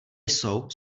jsou